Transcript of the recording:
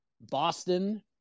Boston